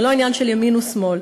זה לא עניין של ימין ושמאל,